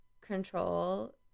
control